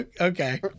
Okay